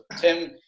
Tim